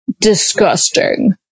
disgusting